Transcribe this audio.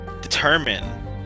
determine